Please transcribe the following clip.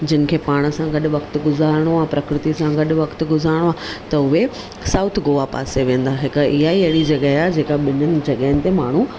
जिन खे पाण सां गॾु वक़्तु ग़ुजारिणो आहे प्रकृती सां गॾु वक़्तु ग़ुजारिणो आहे त उहे साउथ गोवा पासे वेंदा हिकु इहा ई अहिड़ी जॻहि आहे जेका ॿिन्हिनि जॻहियुनि ते माण्हू